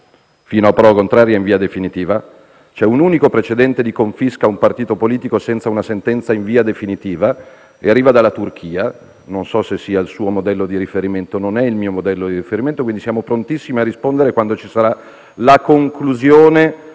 fino a prova contraria, in via definitiva. C'è un unico precedente di confisca a un partito politico senza una sentenza in via definitiva: arriva dalla Turchia. Non so se sia il suo modello di riferimento, ma non è il mio modello di riferimento. Siamo prontissimi a rispondere quando ci sarà la conclusione